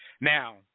Now